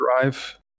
drive